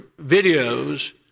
videos